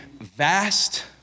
vast